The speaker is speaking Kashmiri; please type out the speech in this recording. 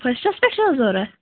فٔسٹَس پٮ۪ٹھ چھُوا ضوٚرَتھ